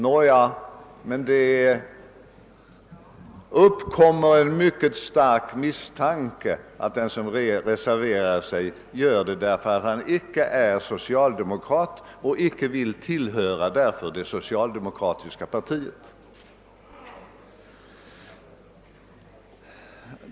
Nåja, men det uppkommer en mycket stark misstanke om att den som reserverar sig gör det därför att han icke är socialdemokrat och följaktligen icke vill tillhöra det socialdemokratiska partiet.